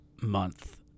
month